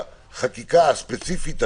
כן.